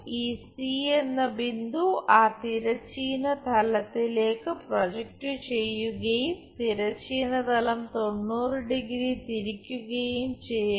ഈ സി എന്ന ബിന്ദു ആ തിരശ്ചീന തലത്തിലേക്ക് പ്രൊജക്റ്റ് ചെയ്യുകയും തിരശ്ചീന തലം 90 ഡിഗ്രി 90° തിരിക്കുകയും ചെയ്യുക